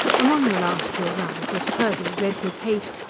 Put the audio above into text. among the last to arrive was purdy, red with haste,